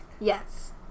Yes